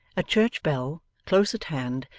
a church bell, close at hand,